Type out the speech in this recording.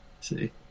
See